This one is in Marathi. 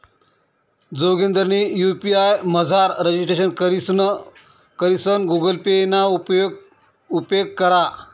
जोगिंदरनी यु.पी.आय मझार रजिस्ट्रेशन करीसन गुगल पे ना उपेग करा